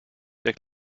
der